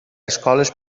escoles